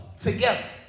together